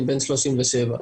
אני בן שלושים ושבע.